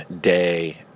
day